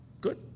good